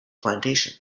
plantation